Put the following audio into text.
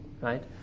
right